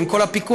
עם כל הפיקוח,